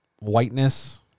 whiteness